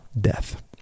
death